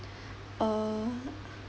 uh